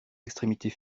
extrémités